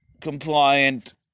Compliant